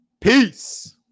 Peace